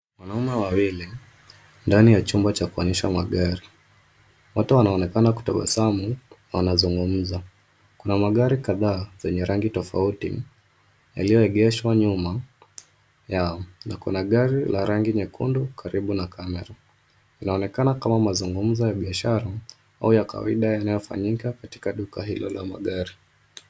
Wanaume wawili ndani ya chumba cha kuonyesha magari. Wote wanaonekana kutabasamu na wanazungumza. Kuna magari kadhaa zenye rangi tofauti yaliyoegeshwa nyuma yao na kuna gari la rangi nyekundu karibu na kamera. Inaonekana kama mazungumzo ya biashara au ya kawaida yanayofanyika katika duka hilo la magari.